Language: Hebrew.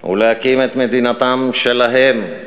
ולהקים את מדינתם שלהם.